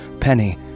Penny